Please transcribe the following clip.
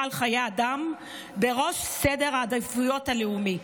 על חיי אדם בראש סדר העדיפויות הלאומי,